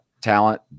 talent